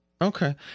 Okay